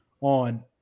on